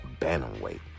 Bantamweight